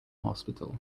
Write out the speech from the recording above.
hospital